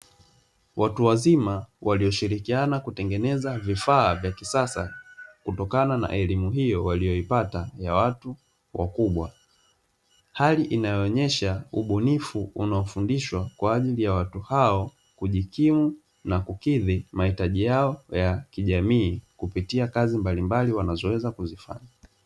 Watu wazima walioshirikiana kutengeneza vifaa vya kisasa kutokana na elimu hiyo walioipata ya watu wakubwa, hali inayoonyesha ubunifu unaofundishwa kwa ajili ya watu hao kujikimu na kukidhi mahitaji yao ya kijamii kupitia kazi mbalimbali wanazoweza kuzifanya.